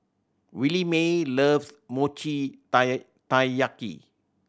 Williemae loves mochi taiyaki